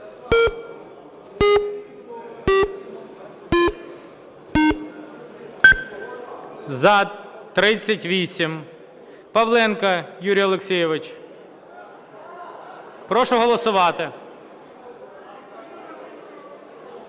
За-38 Павленко Юрій Олексійович. Прошу голосувати.